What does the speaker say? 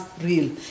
real